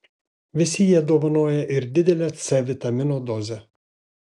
visi jie dovanoja ir didelę c vitamino dozę